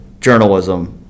journalism